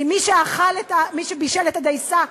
כי מי שבישל את הדייסה,